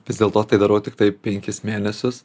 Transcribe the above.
vis dėlto tai darau tiktai penkis mėnesius